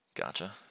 Gotcha